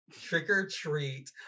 trick-or-treat